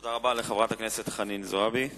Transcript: תודה רבה לחברת הכנסת חנין זועבי.